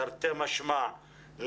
תרתי משמע,